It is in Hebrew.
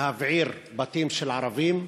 להבעיר בתים של ערבים,